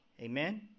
Amen